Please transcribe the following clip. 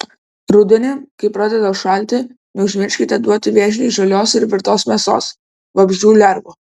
rudenį kai pradeda šalti neužmirškite duoti vėžliui žalios ir virtos mėsos vabzdžių lervų